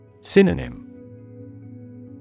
Synonym